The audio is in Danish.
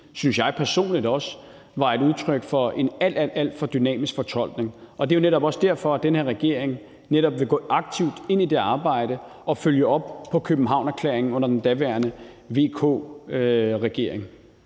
synes jeg personligt også var et udtryk for en alt, alt for dynamisk fortolkning. Det er jo netop også derfor, at den her regering vil gå aktivt ind i det arbejde og følge op på Københavnerklæringen, som blev til under den daværende VK-regering.